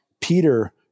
Peter